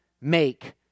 make